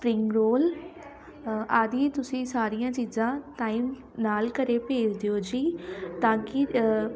spring roll ਆਦਿ ਤੁਸੀਂ ਸਾਰੀਆਂ ਚੀਜ਼ਾਂ ਟਾਈਮ ਨਾਲ ਘਰ ਭੇਜ ਦਿਓ ਜੀ ਤਾਂ ਕਿ